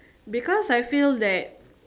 because I feel that